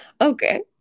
Okay